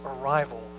arrival